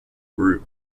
group